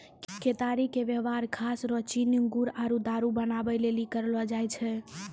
केतारी के वेवहार खास रो चीनी गुड़ आरु दारु बनबै लेली करलो जाय छै